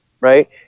right